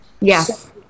Yes